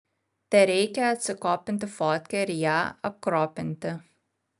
tereikia atsikopinti fotkę ir ją apkropinti